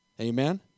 Amen